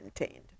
maintained